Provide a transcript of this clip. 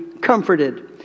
comforted